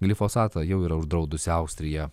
glifosatą jau yra uždraudusi austriją